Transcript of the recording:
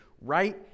right